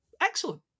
excellent